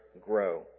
grow